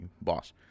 boss